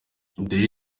dutere